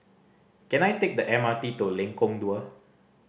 can I take the M R T to Lengkong Dua